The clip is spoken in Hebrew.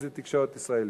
אם תקשורת ישראלית.